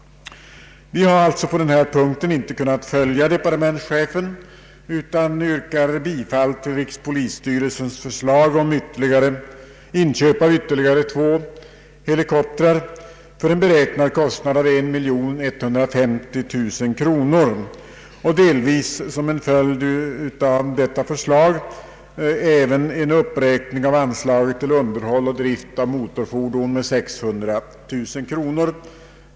Vi har alltså på denna punkt inte kunnat följa departementschefen, utan yrkar bifall till rikspolisstyrelsens förslag om inköp av ytterligare två helikoptrar för en beräknad kostnad av 1150 000 kronor. Vi yrkar även — delvis som en följd av nu nämnda förslag — en uppräkning av anslaget till underhåll och drift av motorfordon med 600 000 kronor.